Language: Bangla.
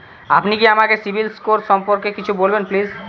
আপনি কি আমাকে সিবিল স্কোর সম্পর্কে কিছু বলবেন প্লিজ?